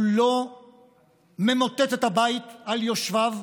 הוא לא ממוטט את הבית על יושביו,